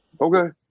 Okay